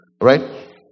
Right